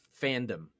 fandom